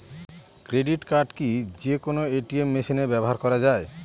Credit card কি যে কোনো এ.টি.এম মেশিনে ব্যবহার করা য়ায়?